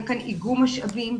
היה כאן איגום משאבים.